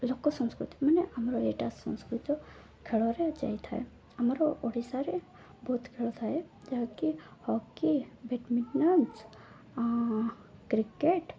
ଲୋକ ସଂସ୍କୃତି ମାନେ ଆମର ଏଇଟା ସଂସ୍କୃତି ଖେଳରେ ଯାଇଥାଏ ଆମର ଓଡ଼ିଶାରେ ବହୁତ ଖେଳ ଥାଏ ଯାହାକି ହକି ବ୍ୟାଡ଼ମିଣ୍ଟନ୍ କ୍ରିକେଟ